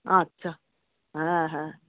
আচ্ছা হ্যাঁ হ্যাঁ